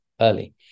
early